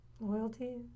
loyalty